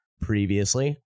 previously